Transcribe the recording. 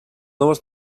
noves